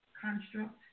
construct